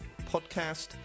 podcast